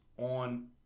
on